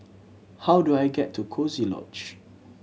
how do I get to Coziee Lodge